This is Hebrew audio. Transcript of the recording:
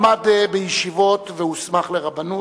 למד בישיבות והוסמך לרבנות.